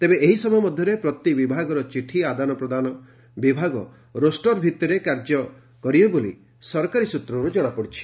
ତେବେ ଏହି ସମୟ ମଧ୍ଧରେ ପ୍ରତି ବିଭାଗର ଚିଠି ଆଦାନପ୍ରଦାନ ବିଭାଗ ରୋଷର ଭିତିରେ କାର୍ଯ୍ୟ କରିବେ ବୋଲି ସରକାରୀ ସୃତ୍ରରୁ ଜଣାପଡ଼ିଛି